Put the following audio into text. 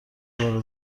داره